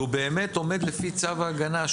שהוא באמת עומד לפי צו ההגנה,